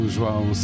João